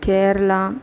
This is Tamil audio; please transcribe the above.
கேரளா